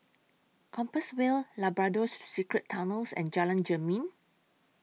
Compassvale Labrador Secret Tunnels and Jalan Jermin